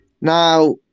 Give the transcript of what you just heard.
Now